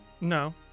No